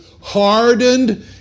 hardened